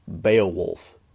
Beowulf